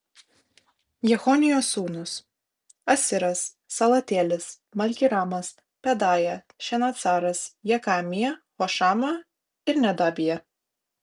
jechonijo sūnūs asiras salatielis malkiramas pedaja šenacaras jekamija hošama ir nedabija